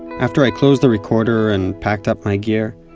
after i closed the recorder and packed up my gear,